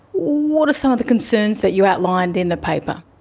what are some of the concerns that you outlined in the paper?